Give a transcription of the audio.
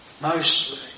mostly